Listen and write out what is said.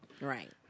Right